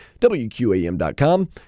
wqam.com